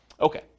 Okay